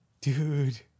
dude